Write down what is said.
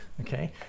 okay